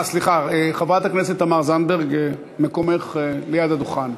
חברת הכנסת תמר זנדברג, מקומך ליד הדוכן.